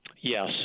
Yes